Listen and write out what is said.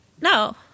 No